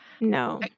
No